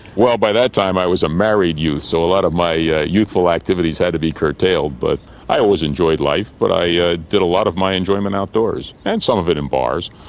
well, by that time i was a married youth, so a lot of my yeah youthful activities had to be curtailed. but i always enjoyed life but i ah did a lot of my enjoyment outdoors, and some of it in bars.